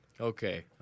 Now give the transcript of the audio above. Okay